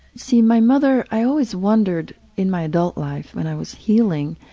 see, my mother i always wondered in my adult life, when i was healing,